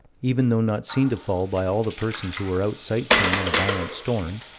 even though not seen to fall by all the persons who were out sight-seeing in a violent storm,